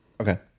Okay